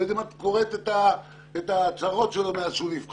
אני לא יודע אם את קוראת את ההצהרות שלו מאז הוא נבחר